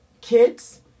kids